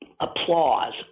applause